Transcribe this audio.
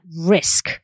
risk